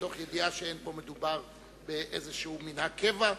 מתוך ידיעה שאין מדובר פה במנהג קבע,